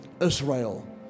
Israel